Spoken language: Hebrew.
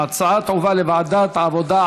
ההצעה תועבר לוועדת העבודה,